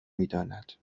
میداند